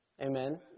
amen